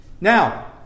Now